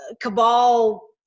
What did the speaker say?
cabal